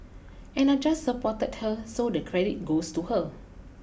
and I just supported her so the credit goes to her